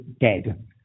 dead